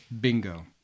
Bingo